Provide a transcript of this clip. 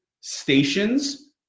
stations